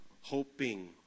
hoping